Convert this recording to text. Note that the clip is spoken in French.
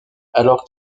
alors